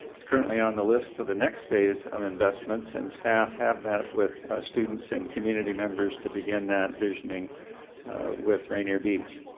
it is currently on the list for the next phase of investments, and staff have met with students and community members to begin that visioning with rainier beach.